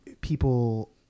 people